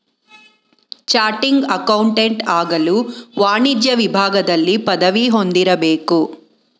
ಚಾಟಿಂಗ್ accountant ಆಗಲು ವಾಣಿಜ್ಯ ವಿಭಾಗದಲ್ಲಿ ಪದವಿ ಹೊಂದಿರಬೇಕು